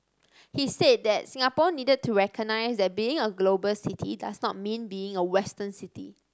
he said that Singapore needed to recognise that being a global city does not mean being a Western city